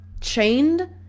chained